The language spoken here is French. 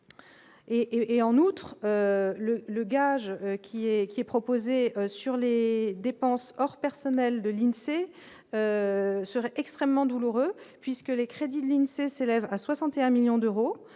et, en outre, le le gage qui est qui est proposée sur les dépenses hors personnel de l'INSEE serait. Extrêmement douloureuse puisque les crédits de l'INSEE s'élève à 61 millions d'euros